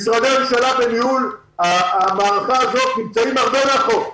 משרדי הממשלה בניהול המערכה הזאת נמצאים הרבה מאחור.